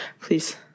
Please